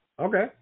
Okay